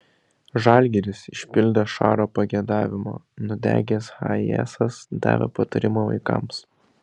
žalgiris išpildė šaro pageidavimą nudegęs hayesas davė patarimą vaikams